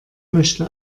möchte